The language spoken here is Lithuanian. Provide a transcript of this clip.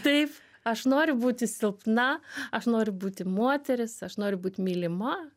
taip aš noriu būti silpna aš noriu būti moteris aš noriu būt mylima